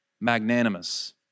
magnanimous